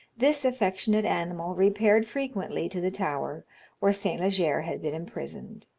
this affectionate animal repaired frequently to the tower where st. leger had been imprisoned,